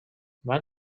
van